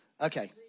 Okay